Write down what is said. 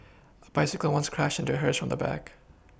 a bicycle once crashed into hers from the back